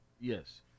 Yes